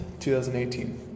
2018